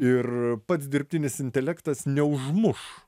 ir pats dirbtinis intelektas neužmuš